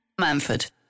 Manford